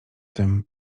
tym